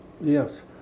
Yes